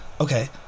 okay